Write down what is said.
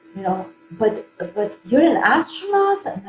you know but ah but you're an astronaut?